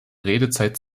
redezeit